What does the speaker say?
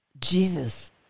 Jesus